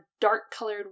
dark-colored